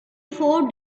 four